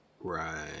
Right